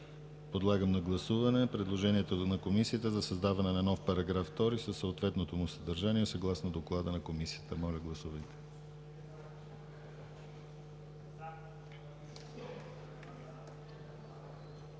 Подлагам на гласуване предложението на Комисията за създаване на нов § 2 със съответното му съдържание съгласно доклада на Комисията. Гласували